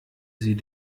sie